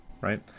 right